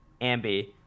Ambi